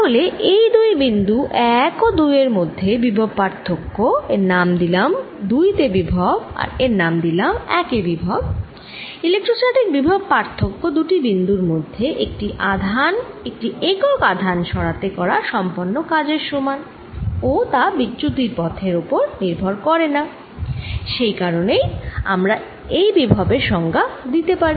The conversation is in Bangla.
তাহলে এই দুই বিন্দু 1 ও 2 মধ্যে বিভব পার্থক্য এর নাম দিলাম 2 তে বিভব আর এর নাম দিলাম 1 এ বিভব ইলেক্ট্রোস্ট্যাটিক বিভব পার্থক্য দুটি বিন্দুর মধ্যে একটি একক আধান সরাতে করা সম্পন্ন কাজের সমান ও তা বিচ্যুতির পথের ওপর নির্ভর করেনা সেই কারণেই আমরা এই বিভব এর সংজ্ঞা দিতে পারি